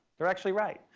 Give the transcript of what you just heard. they're actually right.